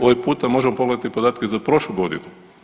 Ovaj puta možemo pogledati podatke za prošlu godinu.